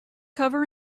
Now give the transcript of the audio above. cover